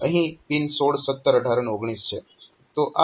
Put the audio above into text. અને અહીં પિન 16 17 18 અને 19 છે